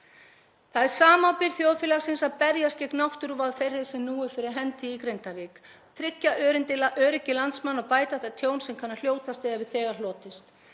Það er samábyrgð þjóðfélagsins að berjast gegn náttúruvá þeirri sem nú er fyrir hendi í Grindavík, tryggja öryggi landsmanna og bæta það tjón sem kann að hljótast eða þegar hefur